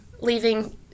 leaving